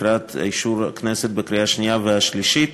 לקראת אישורה בידי הכנסת בקריאה השנייה והשלישית.